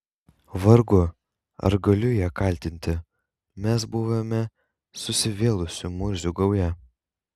vargu ar galiu ją kaltinti mes buvome susivėlusių murzių gauja